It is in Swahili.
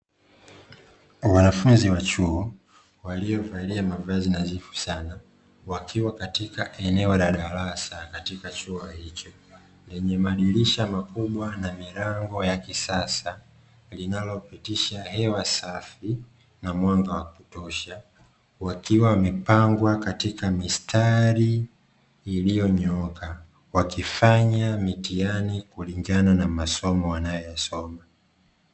Wanafunzi wa chuo waliovalia mavazi nadhifu sana, wakiwa katika eneo la darasa katika chuo hicho, lenye madirisha makubwa na milango ya kisasa, linalopitisha hewa safi na mwanga wa kutosha, wakiwa wamepangwa katika mistari iliyonyooka, wakifanya mitihani kulingana na masomo wanayosoma.